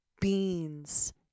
beans